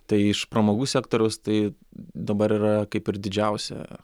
tai iš pramogų sektoriaus tai dabar yra kaip ir didžiausia